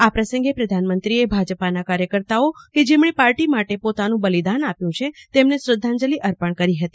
આ પ્રસંગે પ્રધાનમંત્રીએ ભાજપાના કાર્ચકર્તાઓ કે જેમણે પાર્ટી માટે પોતાનું બલિદાન આપ્યું તેમને શ્રદ્ધાંજલિ અર્પણ કરી હતી